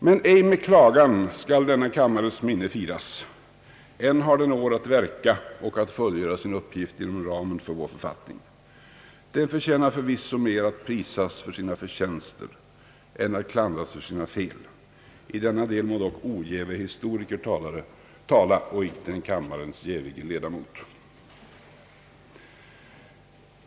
Men ej med klagan skall denna kammares minne firas; än har den år att verka och att fullgöra sin uppgift inom ramen för vår författning. Den förtjänar förvisso mer att prisas för sina förtjänster än att klandras för sina fel; i denna del må ojäviga historiker dock tala och icke en kammarens jäviga l1edamot.